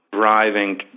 driving